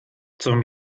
zum